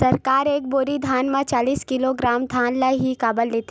सरकार एक बोरी धान म चालीस किलोग्राम धान ल ही काबर लेथे?